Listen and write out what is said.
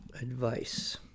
advice